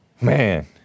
man